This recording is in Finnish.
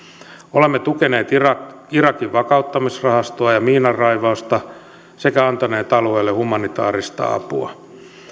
olemme tukeneet irakin irakin vakauttamisrahastoa ja miinanraivausta sekä antaneet alueelle humanitaarista apua